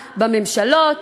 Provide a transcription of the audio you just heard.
בממשלות,